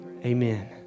amen